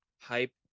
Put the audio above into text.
hype